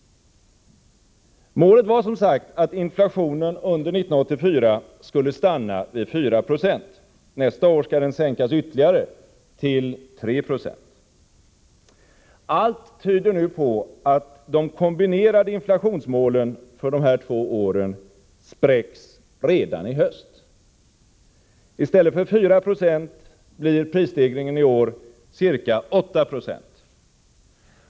Målet var som sagt att inflationen under 1984 skulle stanna vid 4 90. Nästa år skall den sänkas ytterligare till 3 70. Allt tyder nu på att de kombinerade inflationsmålen för de två åren spräcks redan i höst. I stället för 4 96 blir prisstegringen i år ca 870.